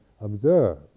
observe